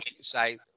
say